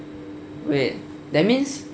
wait that means